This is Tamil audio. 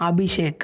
அபிஷேக்